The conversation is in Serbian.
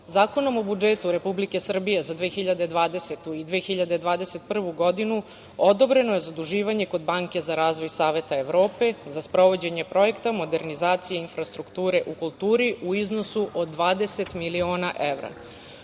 ugovor. Zakonom o budžetu Republike Srbije za 2020. i 2021. godinu odobreno je zaduživanje kod Banke za razvoj Saveta Evrope za sprovođenje projekta modernizacije infrastrukture u kulturi u iznosu od 20 miliona